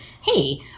hey